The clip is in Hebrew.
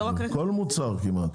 כמעט כל מוצר.